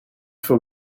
for